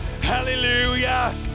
Hallelujah